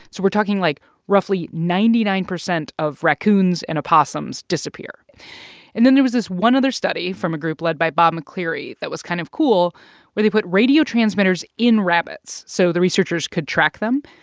so we're talking like roughly ninety nine percent of raccoons and opossums disappear and then there was this one other study from a group led by bob mccleery that was kind of cool where they put radio transmitters in rabbits so the researchers could track them.